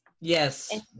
yes